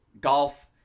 golf